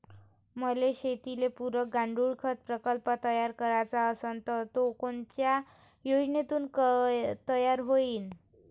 मले शेतीले पुरक गांडूळखत प्रकल्प तयार करायचा असन तर तो कोनच्या योजनेतून तयार होईन?